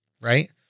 right